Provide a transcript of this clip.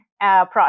process